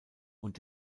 und